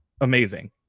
amazing